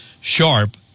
sharp